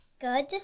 Good